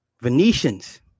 Venetians